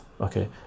okay